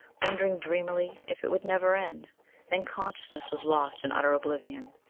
wondering dreamily if it would never end then consciousness was lost in utter oblivion.